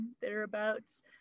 thereabouts